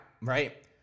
right